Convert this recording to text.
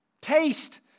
Taste